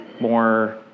more